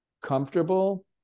comfortable